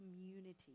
community